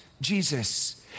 Jesus